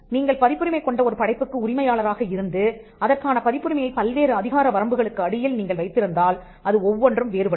நீங்கள் பதிப்புரிமை கொண்ட ஒரு படைப்புக்கு உரிமையாளராக இருந்து அதற்கான பதிப்புரிமையைப் பல்வேறு அதிகார வரம்புகளுக்கு அடியில் நீங்கள் வைத்திருந்தால் அது ஒவ்வொன்றும் வேறுபடும்